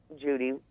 Judy